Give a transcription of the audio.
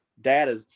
data